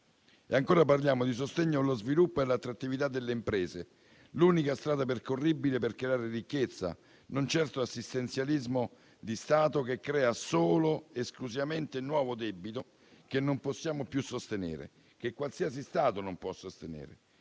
Ancora, parliamo di sostegno allo sviluppo e all'attrattività delle imprese, l'unica strada percorribile per creare ricchezza, non certo assistenzialismo di Stato, che crea solo ed esclusivamente nuovo debito che non possiamo più sostenere, che qualsiasi Stato non può sostenere.